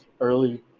early